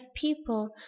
people